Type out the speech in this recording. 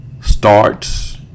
starts